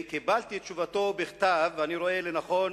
קיבלתי את תשובתו בכתב, ואני רואה לנכון